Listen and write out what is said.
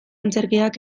antzerkiak